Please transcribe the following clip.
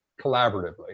collaboratively